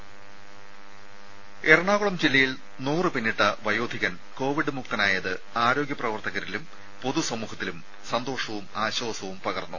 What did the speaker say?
രുര എറണാകുളം ജില്ലയിൽ നൂറ് പിന്നിട്ട വയോധികൻ കോവിഡ് മുക്തനായത് ആരോഗ്യ പ്രവർത്തകരിലും പൊതു സമൂഹത്തിലും സന്തോഷവും ആശ്വാസവും പകർന്നു